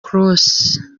cross